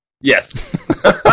Yes